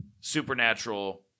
supernatural